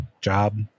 job